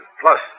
plus